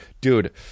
Dude